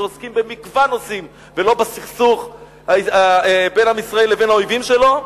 שעוסקים במגוון נושאים ולא בסכסוך בין עם ישראל לבין האויבים שלו?